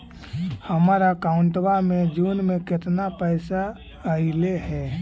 हमर अकाउँटवा मे जून में केतना पैसा अईले हे?